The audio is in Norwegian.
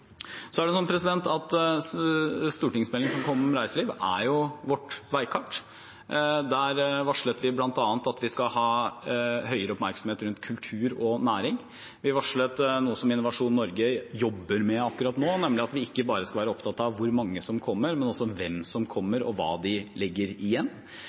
Stortingsmeldingen som kom om reiseliv, er vårt veikart. Der varslet vi bl.a. at vi skal ha større oppmerksomhet rundt kultur og næring. Vi varslet noe som Innovasjon Norge jobber med akkurat nå, nemlig at vi ikke bare skal være opptatt av hvor mange som kommer, men også hvem som kommer, og hva de legger igjen.